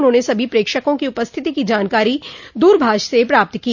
उन्होंने सभी प्रेक्षकों की उपस्थिति की जानकारी दूरभाष से प्राप्त की